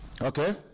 Okay